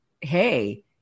Hey